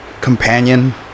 companion